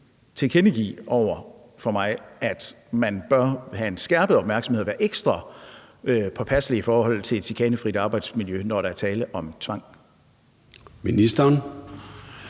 tilkendegive over for mig, at man bør have en skærpet opmærksomhed og være ekstra påpasselig i forhold til et chikanefrit arbejdsmiljø, når der er tale om tvang? Kl.